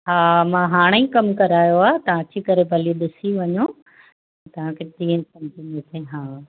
हा मां हाणे ई कमु करायो आहे तव्हां अची करे भली ॾिसी वञों तव्हांखे जीअं सम्झि में अचे हा